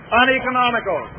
uneconomical